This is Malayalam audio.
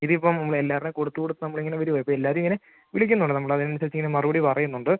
ഇതിപ്പം എല്ലാവരുടെയും കൊടുത്ത് കൊടുത്ത് നമ്മൾ ഇങ്ങനെ വരുവാണ് ഇപ്പം എല്ലാവരും ഇങ്ങനെ വിളിക്കുന്നുണ്ട് നമ്മൾ അതിനനുസരിച്ച് ഇങ്ങനെ മറുപടി പറയുന്നുണ്ട്